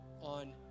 on